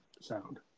sound